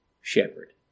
shepherd